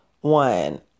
one